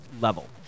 level